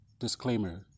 Disclaimer